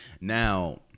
now